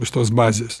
iš tos bazės